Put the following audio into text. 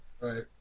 Right